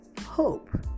Hope